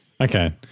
Okay